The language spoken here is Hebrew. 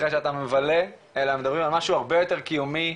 אחרי שאתה מבלה אלא מדברים על משהו הרבה יותר קיומי,